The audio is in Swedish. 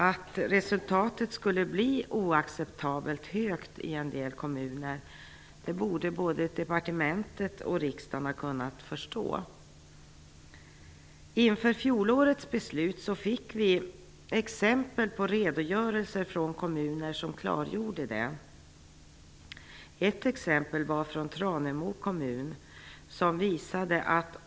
Att resultatet skulle bli oacceptabelt höga avgifter i en del kommuner borde både departementet och riksdagen ha förstått. Inför fjolårets beslut fick vi redogörelser från kommuner som klargjorde detta. Ett exempel kom från Tranemo kommun.